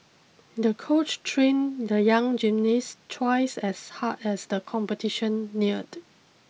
the coach trained the young gymnast twice as hard as the competition neared